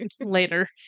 later